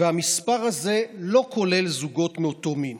המספר הזה אינו כולל זוגות מאותו מין.